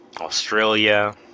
Australia